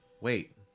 wait